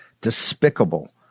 despicable